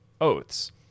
oaths